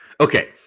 okay